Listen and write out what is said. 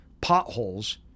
potholes